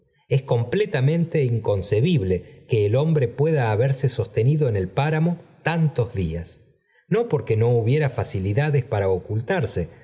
eis completamente inconcebible que el hombre pueda haberse sostenido en el páramo tantos días no porque no hubiera facilidades para ocultarse